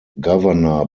governor